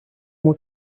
will